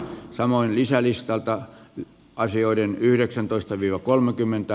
samoin isä listalta ja asioiden yhdeksäntoista viro kolmekymmentä